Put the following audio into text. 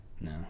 No